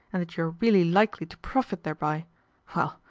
and that you are really likely to profit thereby well,